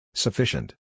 Sufficient